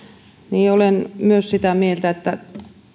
niin minäkin olen sitä mieltä että